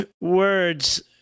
words